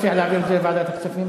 אדוני מציע להעביר את זה לוועדת הכספים?